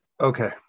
Okay